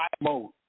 mode